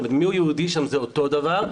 זאת אומרת מיהו יהודי שם זה אותו דבר,